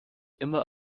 immer